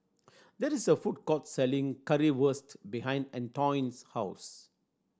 that is a food court selling Currywurst behind Antoine's house